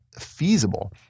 feasible